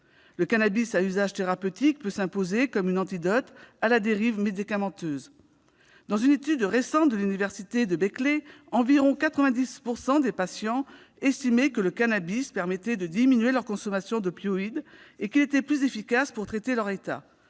Le cannabis à usage thérapeutique peut s'imposer comme un antidote à la dérive médicamenteuse. Dans une étude récente de l'université de Berkeley, environ 90 % des patients estimaient que le cannabis permettait de diminuer leur consommation d'opioïdes et qu'il était plus efficace pour traiter leur état.